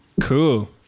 Cool